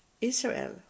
Israel